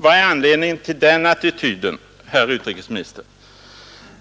Vad är anledningen till denna attityd, herr utrikesminister?